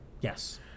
Yes